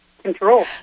Control